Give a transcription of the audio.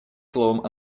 словом